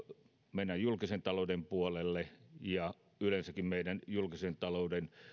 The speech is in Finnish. meidän julkisen talouden puolelle ja yleensäkin meidän julkisen talouden